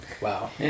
Wow